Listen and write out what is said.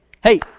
hey